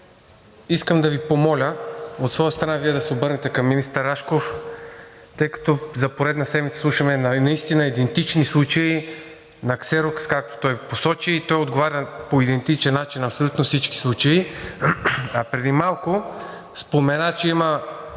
Искам да Ви помоля от своя страна Вие да се обърнете към министър Рашков, тъй като за поредна седмица слушаме идентични случаи – на ксерокс, както той посочи, той отговаря по идентичен начин на абсолютно всички случаи. Преди малко спомена, че има